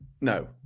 No